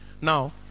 Now